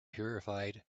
purified